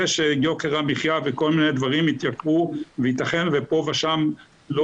זה שיוקר המחיה ועוד דברים אחרים התייקרו וייתכן שפה ושם לא